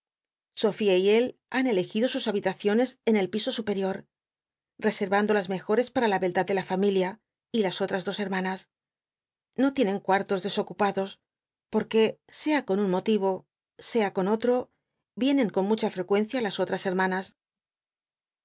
sofia y él han elegido sus habitaciones en el pi o superior rcservando las mejores para la beldad de la familia y las ottas dos hermanas no tienen cuartos desocupados porque sea con un motivo sea con otro vienen con mucha frecuencia las otrns hermanas